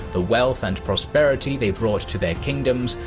the wealth and prosperity they brought to their kingdoms,